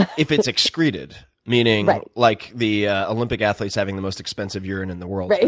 if it's excreted, meaning like the olympic athletes having the most expensive urine in the world